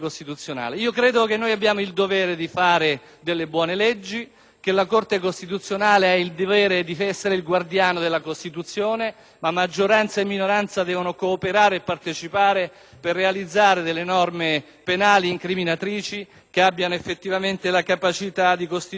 che la Corte costituzionale ha il dovere di essere il guardiano della Costituzione, ma che maggioranza e minoranza debbano cooperare e partecipare per realizzare delle norme penali incriminatrici che abbiano effettivamente la capacità di costituire un deterrente per questi gravissimi fenomeni criminali